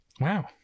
Wow